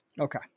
Okay